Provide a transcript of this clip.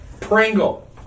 Pringle